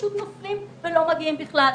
פשוט נופלים ולא מגיעים בכלל,